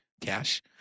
Cash